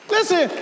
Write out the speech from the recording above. Listen